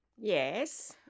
Yes